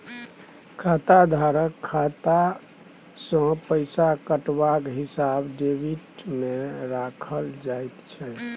खाताधारकक खाता सँ पैसा कटबाक हिसाब डेबिटमे राखल जाइत छै